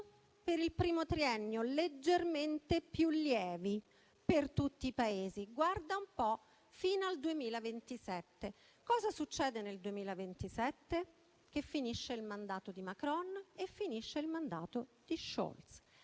per il primo triennio leggermente più lievi per tutti i Paesi - guarda un po' - fino al 2027. Cosa succede nel 2027? Finisce il mandato di Macron e finisce il mandato di Scholz.